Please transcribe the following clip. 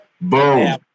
boom